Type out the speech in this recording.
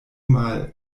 mal